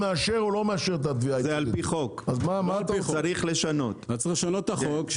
צריך לשנות את החוק,